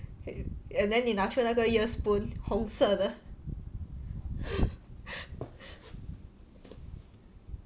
and then 你拿出那个 ear spoon 红色的